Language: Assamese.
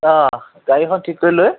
অ গাড়ী এখন ঠিক কৰি লৈ